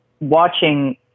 watching